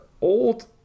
old